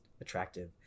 attractive